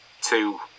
two